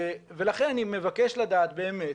ולכן אני מבקש לדעת באמת,